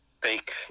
take